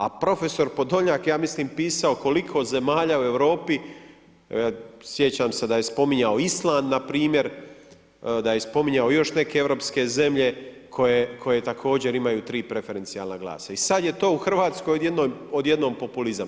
A profesor Podolnjak je ja mislim pisao koliko zemalja u Europi, sjećam se da je spominjao Island npr., da je spominjao još neke europske zemlje koje također imaju 3 preferencijalna glasa i sad je to u Hrvatskoj odjednom populizam.